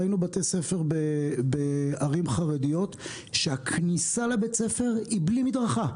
ראינו בתי ספר בערים חרדיות שהכניסה לבית הספר היא בלי מדרכה,